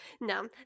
No